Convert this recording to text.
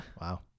Wow